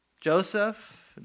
Joseph